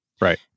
right